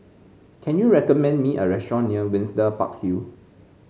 can you recommend me a restaurant near Windsor Park Hill